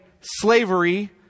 slavery